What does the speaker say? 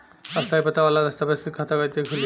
स्थायी पता वाला दस्तावेज़ से खाता कैसे खुली?